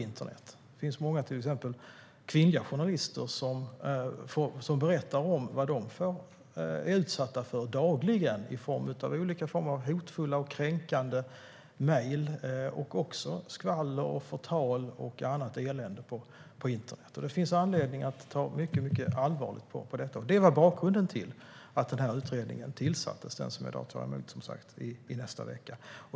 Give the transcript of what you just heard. Till exempel berättar många kvinnliga journalister om vad de dagligen är utsatta för på internet i form av hotfulla och kränkande mejl och även skvaller, förtal och annat elände. Det finns anledning att ta mycket allvarligt på detta. Det var bakgrunden till att utredningen tillsattes, den som jag tar emot nästa vecka.